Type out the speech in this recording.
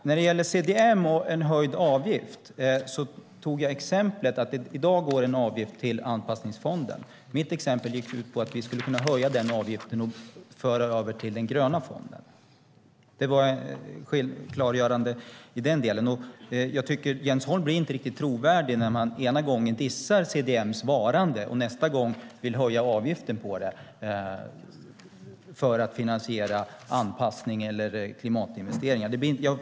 Herr talman! När det gäller höjd avgift på CDM tog jag exemplet att avgiften i dag går till anpassningsfonden. Mitt exempel gick ut på att vi skulle kunna höja den avgiften och föra över till den gröna fonden. Det var klargörande i den delen. Jag tycker att Jens Holm inte är riktigt trovärdig när han ena gången dissar CDM:s varande och nästa gång vill höja avgiften på CDM för att finansiera anpassning eller klimatinvesteringar.